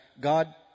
God